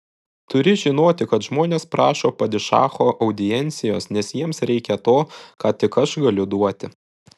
turi žinoti kad žmonės prašo padišacho audiencijos nes jiems reikia to ką tik aš galiu duoti